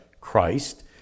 Christ